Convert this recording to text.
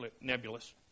nebulous